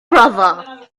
brother